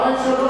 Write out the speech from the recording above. למה אין שלום?